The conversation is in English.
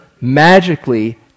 magically